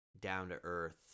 down-to-earth